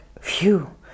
Phew